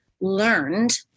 learned